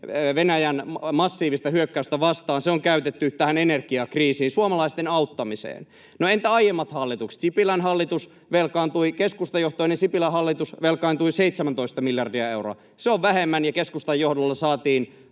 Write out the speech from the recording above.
Venäjän massiivista hyökkäystä vastaan. Se on käytetty tähän energiakriisiin, suomalaisten auttamiseen. No, entä aiemmat hallitukset? Keskustajohtoinen Sipilän hallitus velkaantui 17 miljardia euroa. Se on vähemmän, ja keskustan johdolla saatiin